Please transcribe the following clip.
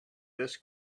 this